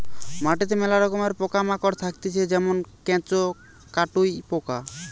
মাটিতে মেলা রকমের পোকা মাকড় থাকতিছে যেমন কেঁচো, কাটুই পোকা